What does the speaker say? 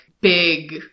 big